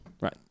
right